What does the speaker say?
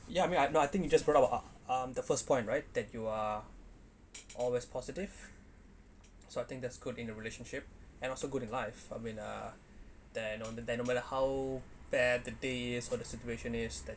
ya I mean no I think you just brought out ah um the first point right that you are always positive so I think that's good in a relationship and also good in life I mean uh than on then no matter how bad the days or the situation is that